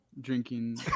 Drinking